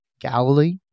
Galilee